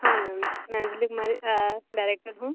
हाँ मैम मैं अंजली कुमारी डायरेक्टर हूँ